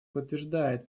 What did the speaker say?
подтверждает